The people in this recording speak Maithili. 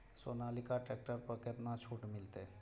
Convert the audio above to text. सोनालिका ट्रैक्टर पर केतना छूट मिलते?